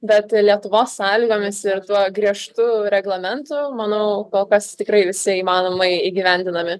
bet lietuvos sąlygomis ir tuo griežtu reglamentu manau kol kas tikrai visi įmanomai įgyvendinami